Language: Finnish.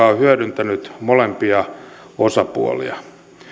on hyödyntänyt molempia osapuolia